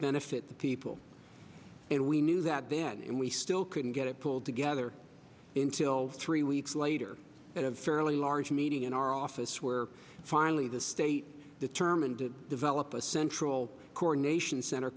benefit the people and we knew that then and we still couldn't get it pulled together in till three weeks later and a fairly large meeting in our office where finally the state determined to develop a central core nation cent